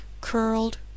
curled